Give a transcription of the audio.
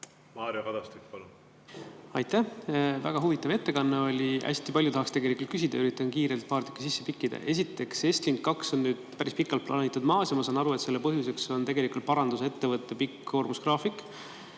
Mario Kadastik, palun! Aitäh! Väga huvitav ettekanne oli, hästi palju tahaksin tegelikult küsida, üritan kiirelt paar küsimust sisse pikkida. Esiteks, Estlink 2 on päris pikalt plaanitult maas. Ja ma saan aru, et selle põhjus on parandusettevõtte pikk koormusgraafik.